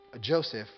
Joseph